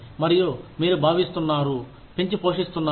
మరియు మీరు భావిస్తున్నారు పెంచిపోషిస్తున్నారు